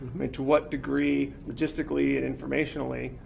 to what degree, logistically and informationally,